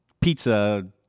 pizza